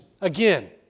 again